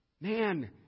man